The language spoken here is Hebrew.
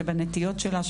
שבנטיות שלה,